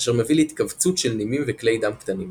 אשר מביא להתכווצות של נימים וכלי דם קטנים.